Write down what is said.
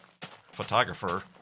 photographer